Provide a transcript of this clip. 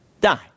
die